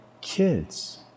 kids